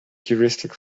heuristic